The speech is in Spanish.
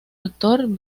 actor